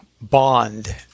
bond